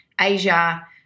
Asia